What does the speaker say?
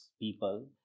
people